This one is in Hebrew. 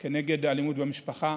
על אלימות במשפחה.